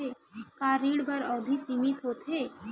का ऋण बर अवधि सीमित होथे?